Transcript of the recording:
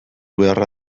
beharra